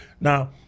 Now